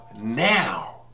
now